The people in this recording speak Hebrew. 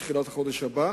או בתחילת החודש הבא,